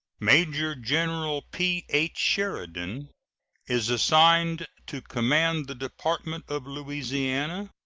major-general p h. sheridan is assigned to command the department of louisiana,